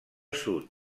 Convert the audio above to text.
sud